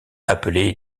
appelé